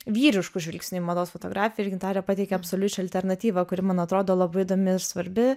vyrišku žvilgsniu į mados fotografiją ir gintarė pateikia absoliučią alternatyvą kuri man atrodo labai įdomi ir svarbi